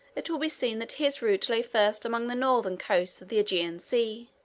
it will be seen that his route lay first along the northern coasts of the aegean sea,